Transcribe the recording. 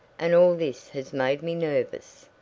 and all this has made me nervous.